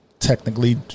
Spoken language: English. technically